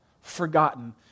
forgotten